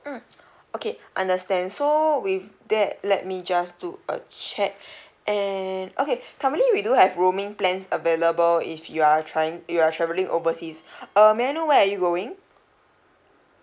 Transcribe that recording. mm okay understand so with that let me just do a check and okay currently we do have roaming plans available if you're trying you're travelling overseas uh may I know where are you going